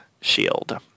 shield